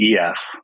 EF